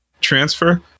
transfer